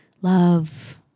Love